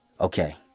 Okay